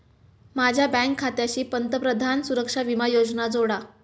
माझ्या बँक खात्याशी पंतप्रधान सुरक्षा विमा योजना जोडा